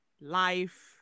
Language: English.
life